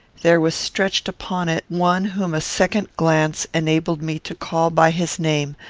there was stretched upon it one whom a second glance enabled me to call by his name,